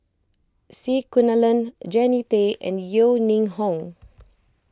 C Kunalan Jannie Tay and Yeo Ning Hong